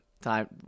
time